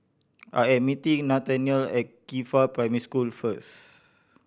I am meeting Nathaniel at Qifa Primary School first